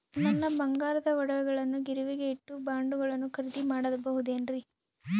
ನನ್ನ ಬಂಗಾರದ ಒಡವೆಗಳನ್ನ ಗಿರಿವಿಗೆ ಇಟ್ಟು ಬಾಂಡುಗಳನ್ನ ಖರೇದಿ ಮಾಡಬಹುದೇನ್ರಿ?